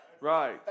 right